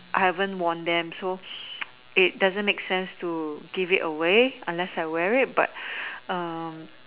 I haven't worn them so it doesn't make sense to give it away unless I wear it but um